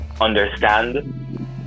understand